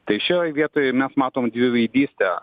tai šioj vietoj mes matom dviveidystę